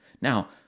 Now